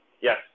Yes